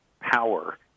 power